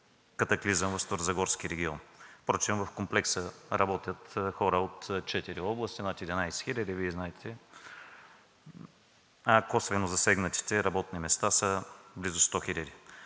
катаклизъм в Старозагорския район. Впрочем, в Комплекса работят хора от четири области – над 11 хиляди, Вие знаете, а косвено засегнатите работни места са близо 100